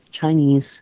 Chinese